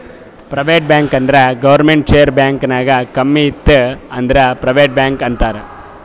private bank ಅಂದುರ್ ಗೌರ್ಮೆಂಟ್ದು share bank ನಾಗ್ ಕಮ್ಮಿ ಇತ್ತು ಅಂದುರ್ ಪ್ರೈವೇಟ್ ಬ್ಯಾಂಕ್ ಅಂತಾರ್